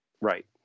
Right